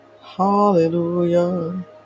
Hallelujah